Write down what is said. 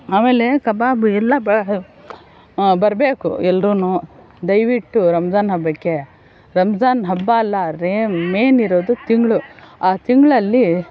ಆಮೇಲೆ ಕಬಾಬ್ ಎಲ್ಲ ಬರಬೇಕು ಎಲ್ಲರೂ ದಯವಿಟ್ಟು ರಂಜಾನ್ ಹಬ್ಬಕ್ಕೆ ರಂಜಾನ್ ಹಬ್ಬ ಅಲ್ಲ ಮೆನ್ ಇರೋದು ತಿಂಗಳು ಆ ತಿಂಗಳಲ್ಲಿ